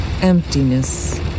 emptiness